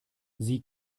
sie